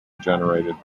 generated